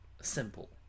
Simple